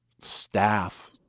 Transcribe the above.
staff